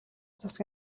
засаг